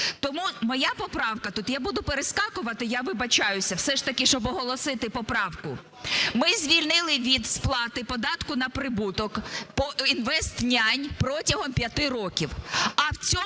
Тому моя поправка тут (я буду перескакувати, я вибачаюсь, все ж таки щоб оголосити поправку): ми звільнили від сплати податку на прибуток "інвестнянь" протягом 5 років,